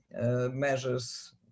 measures